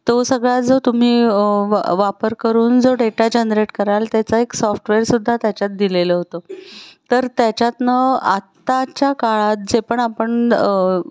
तो सगळा जो तुम्ही वा वापर करून जो डेटा जनरेट कराल त्याचा एक सॉफ्टवेअरसुद्धा त्याच्यात दिलेलं होतं तर त्याच्यातनं आत्ताच्या काळात जे पण आपण